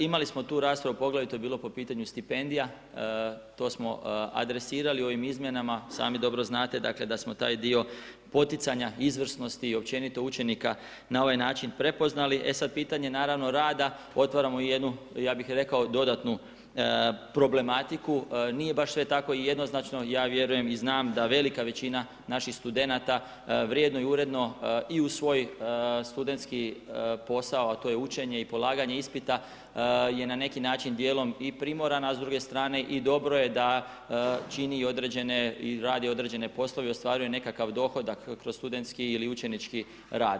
Imali smo tu raspravu, poglavito je bilo po pitanju stipendija, to smo adresirali ovim izmjenama, sami dobro znate da smo taj dio poticanja izvrsnosti i općenito učenika na ovaj način prepoznali, e sad pitanje naravno rada otvaramo jednu ja bih rekao dodatnu problematiku nije baš sve tako jednoznačno ja vjerujem i znam da velika veća naših studenata vrijedno i uredno i u svoj studentski posao, a to je učenje i polaganje ispita je na neki način dijelom i primorana, a s druge strane i dobro je da čini određene i radi određene poslove i ostvaruje nekakav dohodak kroz studentski ili učenički rad.